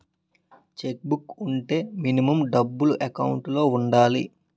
Check book వుంటే minimum డబ్బులు account లో ఉండాలి?